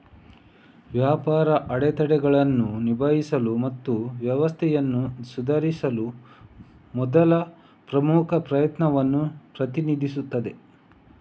ವ್ಯಾಪಾರ ಅಡೆತಡೆಗಳನ್ನು ನಿಭಾಯಿಸಲು ಮತ್ತು ವ್ಯವಸ್ಥೆಯನ್ನು ಸುಧಾರಿಸಲು ಮೊದಲ ಪ್ರಮುಖ ಪ್ರಯತ್ನವನ್ನು ಪ್ರತಿನಿಧಿಸುತ್ತದೆ